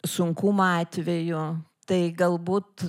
sunkumų atveju tai galbūt